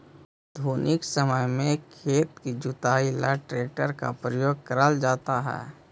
आधुनिक समय में खेत की जुताई ला ट्रैक्टर का प्रयोग करल जाता है